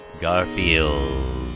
Garfield